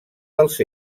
dels